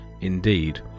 indeed